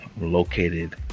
located